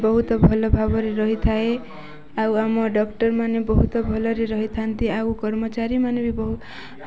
ବହୁତ ଭଲ ଭାବରେ ରହିଥାଏ ଆଉ ଆମ ଡକ୍ଟର ମାନେ ବହୁତ ଭଲରେ ରହିଥାନ୍ତି ଆଉ କର୍ମଚାରୀ ମାନେ ବି ବହୁ ଆଉ